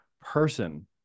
person